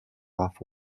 off